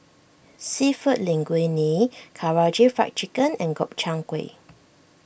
Seafood Linguine Karaage Fried Chicken and Gobchang Gui